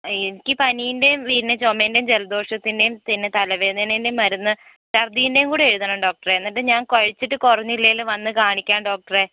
ആ എനിക്ക് പനിൻ്റെയും പിന്നെ ചുമൻ്റെയും ജലദോഷത്തിന്റെയും പിന്നെ തലവേദനേന്റെയും മരുന്ന് ഛർദീന്റെയും കൂടെ എഴുതണം ഡോക്ടറേ എന്നിട്ട് ഞാൻ കഴിച്ചിട്ട് കുറഞ്ഞില്ലെങ്കിൽ വന്നു കാണിക്കാം ഡോക്ടറേ